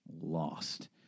lost